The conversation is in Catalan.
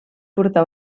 portar